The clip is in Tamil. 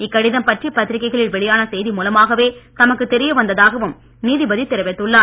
இக் கடிதம் பற்றி பத்திரிக்கைகளில் வெளியான செய்தி மூலமாகவே தமக்கு தெரியவந்ததாகவும் நீதிபதி தெரிவித்துள்ளார்